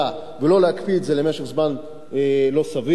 ולא להקפיא את זה למשך זמן לא סביר.